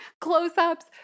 close-ups